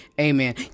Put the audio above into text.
amen